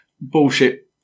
Bullshit